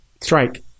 strike